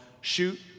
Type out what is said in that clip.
shoot